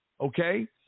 okay